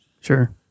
Sure